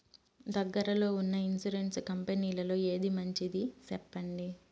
దగ్గర లో ఉన్న ఇన్సూరెన్సు కంపెనీలలో ఏది మంచిది? సెప్పండి?